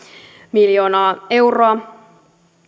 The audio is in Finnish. miljoonaa euroa